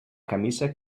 camisa